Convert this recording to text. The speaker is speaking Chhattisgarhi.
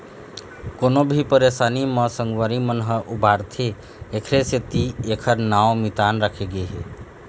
कोनो भी परसानी म संगवारी मन ह उबारथे एखरे सेती एखर नांव मितान राखे गे हे